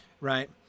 right